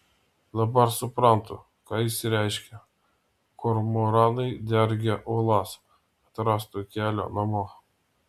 dabar supratau ką jis reiškia kormoranai dergia uolas kad rastų kelią namo